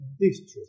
district